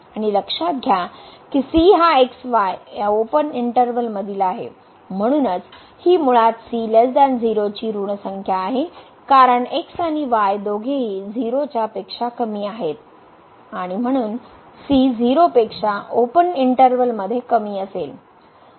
आणि लक्षात घ्या की c हा x y ओपन इंटर्वल मधील आहे म्हणूनच ही मुळात c 0 ची ऋण संख्या आहे कारण x आणि y दोघेही 0 च्या पेक्षा कमी आहेत आणि म्हणून c 0 पेक्षा ओपन इंटर्वल मध्ये कमी असेल